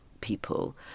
people